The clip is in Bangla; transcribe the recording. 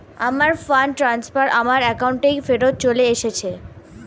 আমার ফান্ড ট্রান্সফার আমার অ্যাকাউন্টেই ফেরত চলে এসেছে